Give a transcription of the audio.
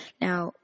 now